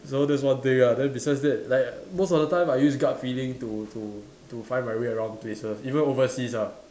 so that's one thing ah then besides that like most of the time I use gut feeling to to to find my way around places even overseas ah